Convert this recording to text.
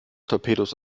torpedos